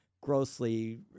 grossly